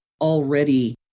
already